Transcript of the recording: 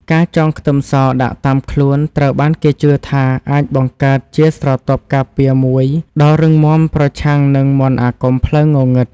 ការចងខ្ទឹមសដាក់តាមខ្លួនត្រូវបានគេជឿថាអាចបង្កើតជាស្រទាប់ការពារមួយដ៏រឹងមាំប្រឆាំងនឹងមន្តអាគមផ្លូវងងឹត។